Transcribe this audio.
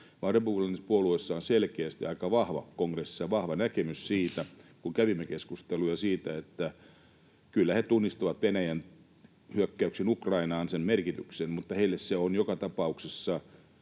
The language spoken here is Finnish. selkeästi, kongressissa, aika vahva näkemys siitä, kun kävimme keskusteluja siitä, että kyllä he tunnistavat Venäjän hyökkäyksen Ukrainaan merkityksen, mutta heille se on joka tapauksessa